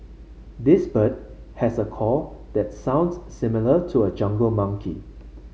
this bird has a call that sounds similar to a jungle monkey